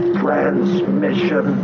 transmission